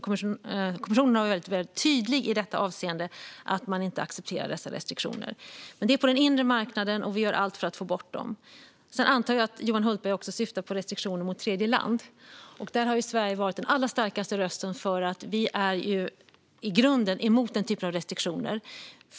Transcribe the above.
Kommissionen har varit mycket tydlig i detta avseende med att man inte accepterar dessa restriktioner. Men det är på den inre marknaden, och vi gör allt för att få bort dem. Sedan antar jag att Johan Hultberg också syftar på restriktioner mot tredjeland. Där har Sverige varit den allra starkaste rösten för att vi i grunden är emot denna typ av restriktioner.